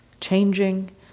changing